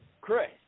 Chris